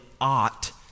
ought